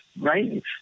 right